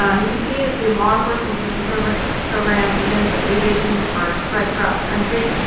um you can see that the law enforcement assistance program program agents, or the leap agents, are spread throughout the country.